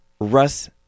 Russ